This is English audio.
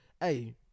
Hey